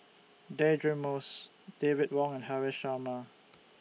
Deirdre Moss David Wong and Haresh Sharma